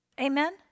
Amen